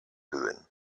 böen